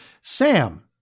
Sam